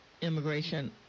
immigration